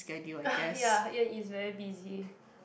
ya yeah it is very busy